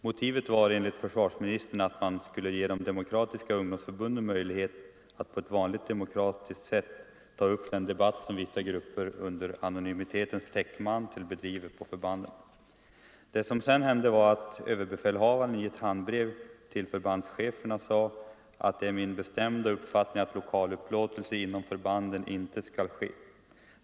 Motivet var enligt försvarsministern att man skulle ge de demokratiska ungdomsförbunden möjlighet att på ett vanligt demokratiskt sätt ta upp den debatt som vissa grupper under anonymitetens täckmantel bedriver på förbanden. Det som sedan hände var att överbefälhavaren i ett handbrev till förbandscheferna sade att ”det är min bestämda uppfattning att lokalupplåtelse inom förbanden inte skall ske”.